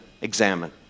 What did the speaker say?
examine